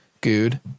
good